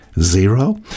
zero